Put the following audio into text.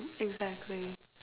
ya exactly